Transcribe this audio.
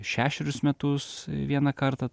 šešerius metus vieną kartą